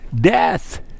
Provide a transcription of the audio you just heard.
Death